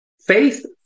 Faith